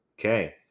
Okay